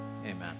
amen